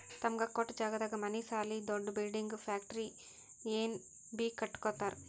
ತಮಗ ಕೊಟ್ಟ್ ಜಾಗದಾಗ್ ಮನಿ ಸಾಲಿ ದೊಡ್ದು ಬಿಲ್ಡಿಂಗ್ ಫ್ಯಾಕ್ಟರಿ ಏನ್ ಬೀ ಕಟ್ಟಕೊತ್ತರ್